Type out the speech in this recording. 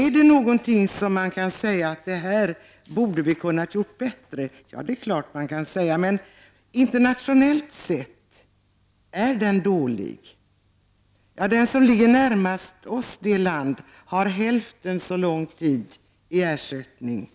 Kan man säga att det här borde vi ha kunnat göra bättre? Ja, det är klart att man kan säga det. Men är den svenska föräldraförsäkringen dålig, internationellt sett? I det land som ligger närmast oss i fråga om förmåner får man ersättning under hälften så lång tid.